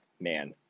man